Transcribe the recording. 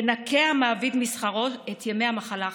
ינכה המעביד משכרו את ימי המחלה החסרים.